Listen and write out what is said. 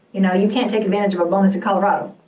you know, you can't take advantage of a bonus in colorado.